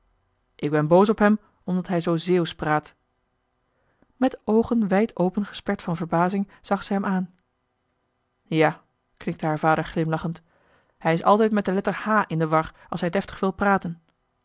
ik ben boos op hem omdat hij zoo zeeuwsch praat met oogen wijd open gesperd van verbazing zag zij hem aan ja knikte haar vader glimlachend hij is altijd met de letter h in de war als hij deftig wil praten